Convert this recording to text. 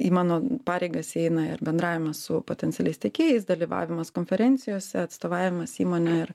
į mano pareigas įeina ir bendravimas su potencialiais tiekėjais dalyvavimas konferencijose atstovavimas įmonę ir